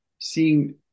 seeing